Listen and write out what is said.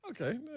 Okay